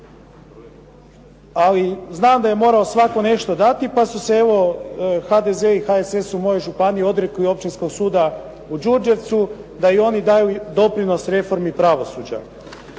Ali znam da je morao svatko nešto dati pa su se evo HDZ i HSS u mojoj županiji odrekli Općinskog suda u Đurđevcu da i oni daju doprinos reformi pravosuđa.